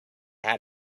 had